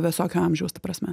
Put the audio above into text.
visokio amžiaus ta prasme